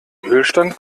ölstand